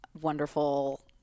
wonderful